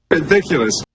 Ridiculous